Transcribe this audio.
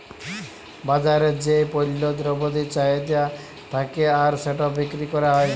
বাজারে যেই পল্য দ্রব্যের চাহিদা থাক্যে আর সেটা বিক্রি ক্যরা হ্যয়